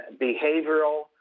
behavioral